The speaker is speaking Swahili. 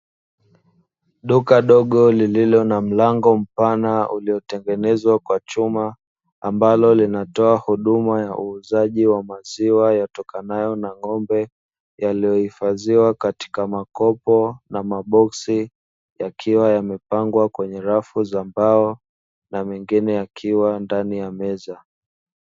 Duka dogo lililo na mlango mpana uliotengenezwa kwa chuma, ambalo linatoa huduma ya uuzaji wa maziwa yatokanayo na ng’ombe, yaliyohifadhiwa katika makopo na maboksi yakiwa yamepangwa kwenye rafu za mbao na mengine yakiwa ndani ya meza.